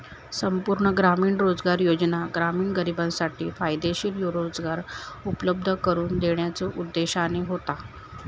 संपूर्ण ग्रामीण रोजगार योजना ग्रामीण गरिबांसाठी फायदेशीर रोजगार उपलब्ध करून देण्याच्यो उद्देशाने होता